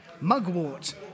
Mugwort